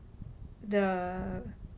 the